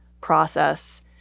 process